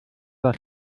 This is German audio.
das